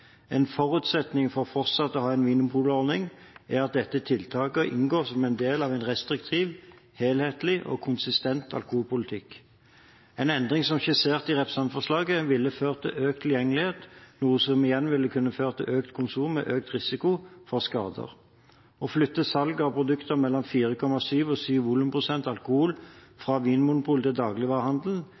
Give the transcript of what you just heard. En forutsetning for fortsatt å ha en vinmonopolordning er at dette tiltaket inngår som del av en restriktiv, helhetlig og konsistent alkoholpolitikk. En endring som skissert i representantforslaget, ville ført til økt tilgjengelighet, noe som igjen vil kunne føre til økt konsum med økt risiko for skader. Å flytte salget av produkter mellom 4,7 og 7 volumprosent alkohol fra Vinmonopolet til